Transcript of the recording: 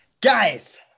Guys